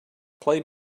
play